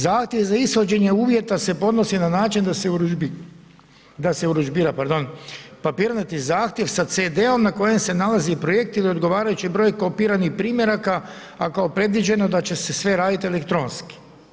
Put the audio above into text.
Zahtjev za ishođenje uvjeta se podnosi na način da se urudžbira papirnati zahtjev sa CD-om na kojem se nalazi projekt ili odgovarajući broj kopiranih primjeraka a kao predviđeno da će se sve raditi elektronski.